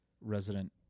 resident